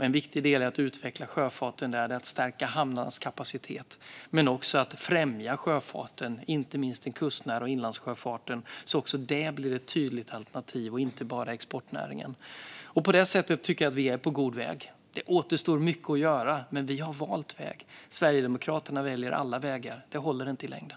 En viktig del i att utveckla sjöfarten är att stärka hamnarnas kapacitet och att främja sjöfarten, inte minst den kustnära sjöfarten och inlandssjöfarten, så att också detta - och inte bara exportnäringen - blir ett tydligt alternativ. På det sättet tycker jag att vi är på god väg. Det återstår mycket att göra, men vi har valt väg. Sverigedemokraterna väljer alla vägar - det håller inte i längden.